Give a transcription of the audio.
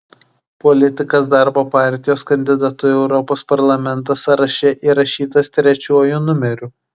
politikas darbo partijos kandidatų į europos parlamentą sąraše įrašytas trečiuoju numeriu